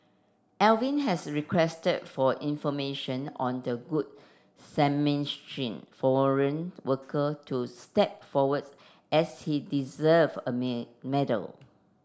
Alvin has requested for information on the Good Samaritan foreign worker to step forward as he deserve a medal